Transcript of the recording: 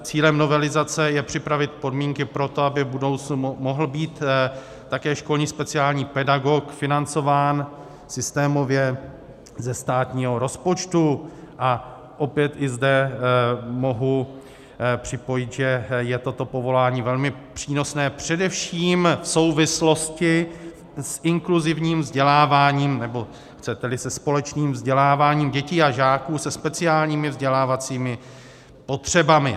Cílem novelizace je připravit podmínky pro to, aby v budoucnu mohl být také školní speciální pedagog financován systémově ze státního rozpočtu, a opět i zde mohu připojit, že je toto povolání velmi přínosné, především v souvislosti s inkluzivním vzděláváním, nebo, chceteli, se společným vzděláváním dětí a žáků se speciálními vzdělávacími potřebami.